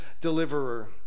deliverer